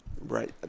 Right